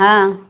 हां